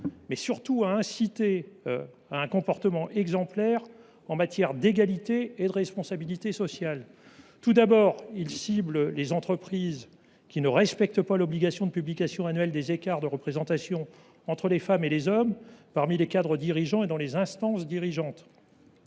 mais surtout à inciter à un comportement exemplaire en matière d’égalité et de responsabilité sociale. Tout d’abord, l’amendement vise les entreprises qui ne respectent pas l’obligation de publication annuelle des écarts de représentation entre les femmes et les hommes parmi les cadres dirigeants et dans les instances dirigeantes.